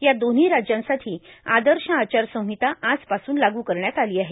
या दोन्ही राज्यासांठी आदर्श आचारसंहिता आजपासून लागू करण्यात आली आहे